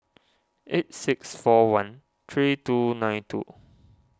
eight six four one three two nine two